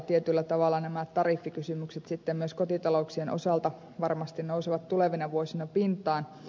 tietyllä tavalla nämä tariffikysymykset myös kotitalouksien osalta varmasti nousevat tulevina vuosina pintaan